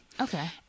Okay